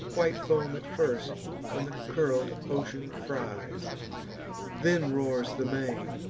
white foam at first on the curl'd ocean fries then roars the main,